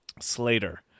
Slater